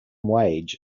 wage